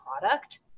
product